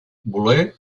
voler